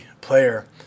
player